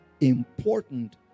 important